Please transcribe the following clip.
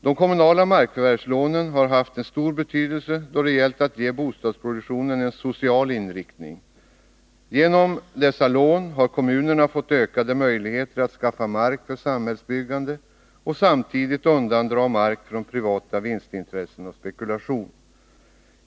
De kommunala markförvärvslånen har haft en stor betydelse då det gällt att ge bostadsproduktionen en social inriktning. Genom dessa lån har kommunerna fått ökade möjligheter att skaffa mark för samhällsbyggande och samtidigt undandra mark från privata vinstintressen och spekulation.